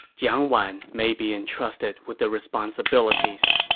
jiang wan may be entrusted with the responsibilities.